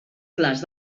clars